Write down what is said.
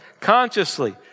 consciously